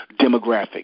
demographic